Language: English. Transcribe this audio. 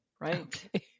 right